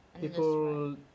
People